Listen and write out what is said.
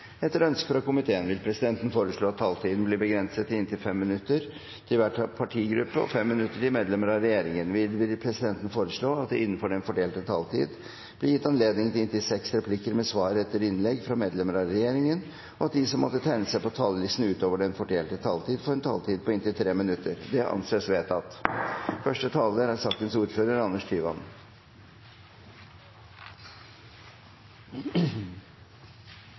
Etter ønske fra kirke-, utdannings- og forskningskomiteen vil presidenten foreslå at taletiden blir begrenset til 5 minutter til hver partigruppe og 5 minutter til medlemmer av regjeringen. Videre vil presidenten foreslå at det – innenfor den fordelte taletid – blir gitt anledning til inntil seks replikker med svar etter innlegg fra medlemmer av regjeringen, og at de som måtte tegne seg på talerlisten utover den fordelte taletid, får en taletid på inntil 3 minutter. – Det anses vedtatt.